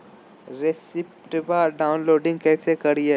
रेसिप्टबा डाउनलोडबा कैसे करिए?